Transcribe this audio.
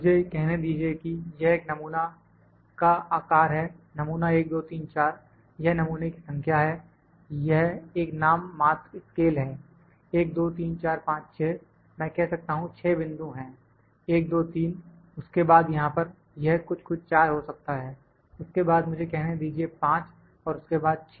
मुझे कहने दीजिए कि यह एक नमूने का आकार है नमूना 1 2 3 4 यह नमूने की संख्या है यह एक नाम मात्र स्केल है 1 2 3 4 5 6 मैं कह सकता हूं 6 बिंदु हैं 1 2 3 उसके बाद यहां पर यह कुछ कुछ 4 हो सकता है उसके बाद मुझे कहने दीजिए 5 और उसके बाद 6